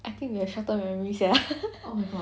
I think we have short term memory sia